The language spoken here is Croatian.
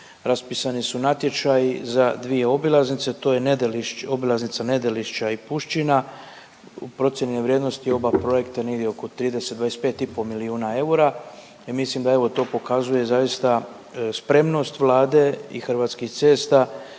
raspisani su natječaji za dvije obilaznice, to je Nedelišće, obilaznica Nedelišća i Pušćina u procijeni je vrijednost oba projekta negdje oko 30, 25,5 milijuna eura i mislim da evo to pokazuje zaista spremnost Vlade i Hrvatskih cesta